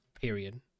Period